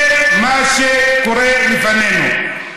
זה מה שקורה לפנינו.